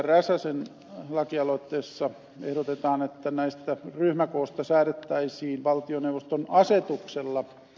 räsäsen lakialoitteessa ehdotetaan että ryhmäkoosta säädettäisiin valtioneuvoston asetuksella